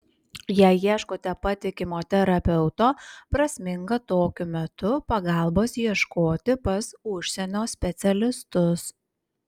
jei ieškote patikimo terapeuto prasminga tokiu metu pagalbos ieškoti pas užsienio specialistus